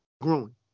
growing